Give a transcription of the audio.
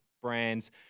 brands